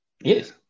Yes